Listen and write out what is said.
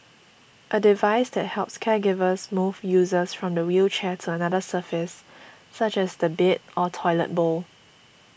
a device that helps caregivers move users from the wheelchair to another surface such as the bed or toilet bowl